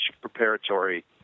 preparatory